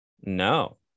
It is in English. no